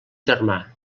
germà